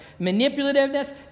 manipulativeness